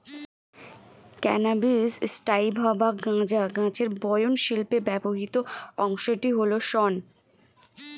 cannabis sativa বা গাঁজা গাছের বয়ন শিল্পে ব্যবহৃত অংশটি হল শন